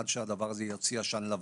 עד שהדבר הזה יוציא עשן לבן.